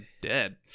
dead